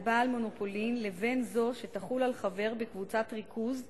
בעל מונופולין לבין זו שתחול על חבר בקבוצת ריכוז,